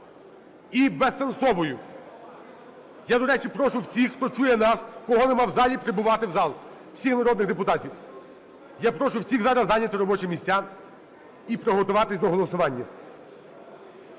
і безсенсовою. Я, до речі, прошу всіх, хто чує нас, кого немає в залі, прибувати в зал всіх народних депутатів. Я прошу всіх зараз зайняти робочі місця і приготуватись до голосування.